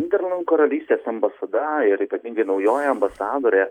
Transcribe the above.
nyderlandų karalystės ambasada ir ypatingai naujoji ambasadorė